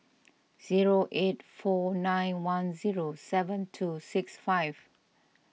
zero eight four nine one zero seven two six five